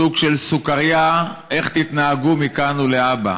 סוג של סוכרייה, איך תתנהגו מכאן ולהבא.